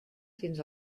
fins